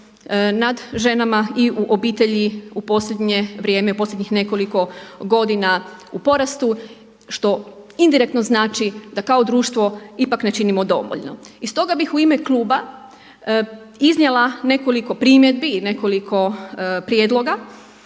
nad ženama i u obitelji u posljednje vrijeme, u posljednjih nekoliko godina u porastu što indirektno znači da kako društvo ipak ne činimo dovoljno. I stoga bih u ime kluba iznijela nekoliko primjedbi i nekoliko prijedloga.